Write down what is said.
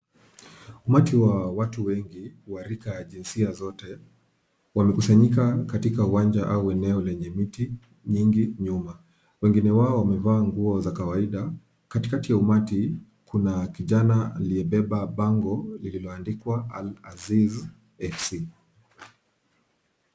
Umati wa watu wengi wa rika ya jinsia zote wamekusanyika katika uwanja au eneo lenye miti mingi nyuma. Wengine wao wamevaa nguo za kawaida. Katikati ya umati kuna kijana aliyebeba bango lililoandikwa Al Aziz AFC.